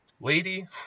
Lady